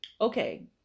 okay